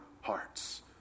hearts